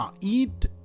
eat